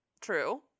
true